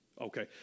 Okay